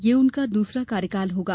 यह उनका दूसरा कार्यकाल होगा